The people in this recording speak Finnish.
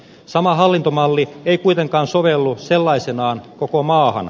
sama hallintomalli ei kuitenkaan sovellu sellaisenaan koko maahan